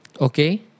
Okay